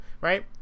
Right